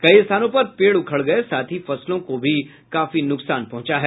कई स्थानों पर पेड़ उखड़ गये साथ ही फसलों को भी काफी नुकसान पहुंचा है